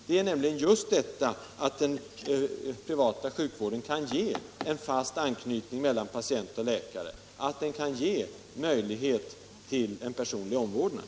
Det är nämligen just detta att den privata sjukvården kan ge en fast anknytning mellan patient och läkare, att den kan ge möjlighet till en personlig omvårdnad.